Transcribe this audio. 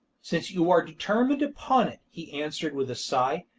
since you are determined upon it, he answered with a sigh,